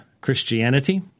Christianity